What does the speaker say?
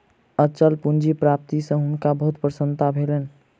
अचल पूंजी प्राप्ति सॅ हुनका बहुत प्रसन्नता भेलैन